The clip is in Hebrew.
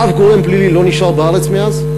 אף גורם פלילי לא נשאר בארץ מאז,